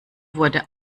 wurde